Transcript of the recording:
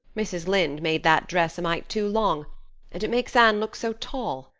mrs. lynde made that dress a mite too long, and it makes anne look so tall.